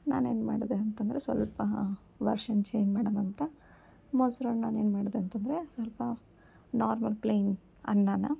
ನಾನೇನು ಮಾಡಿದೆ ಅಂತಂದರೆ ಸ್ವಲ್ಪ ವರ್ಷನ್ ಚೇಂಜ್ ಮಾಡಣ್ ಅಂತ ಮೊಸ್ರನ್ನು ನಾನು ಏನು ಮಾಡಿದೆ ಅಂತಂದರೆ ಸ್ವಲ್ಪ ನಾರ್ಮಲ್ ಪ್ಲೈನ್ ಅನ್ನಾನ